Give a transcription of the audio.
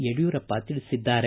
ಯಡಿಯೂರಪ್ಪ ತಿಳಿಸಿದ್ದಾರೆ